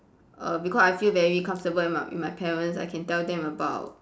err because I feel very comfortable with my with my parents I can tell them about